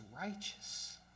righteous